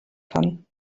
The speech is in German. kann